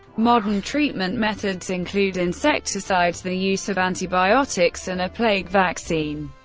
modern treatment methods include insecticides, the use of antibiotics, and a plague vaccine.